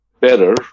better